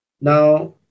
Now